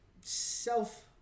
self